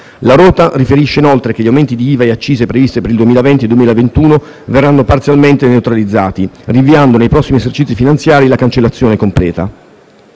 La Nota riferisce inoltre che gli aumenti di IVA e accise previste per il 2020 e 2021 verranno «parzialmente» neutralizzati, rinviandone ai prossimi esercizi finanziari la cancellazione completa.